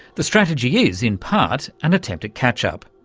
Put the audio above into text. the strategy is, in part, an attempt at catch-up.